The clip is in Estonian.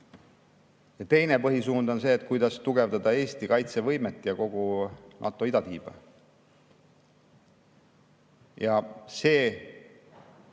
Teine põhisuund on see, kuidas tugevdada Eesti kaitsevõimet ja kogu NATO idatiiba. See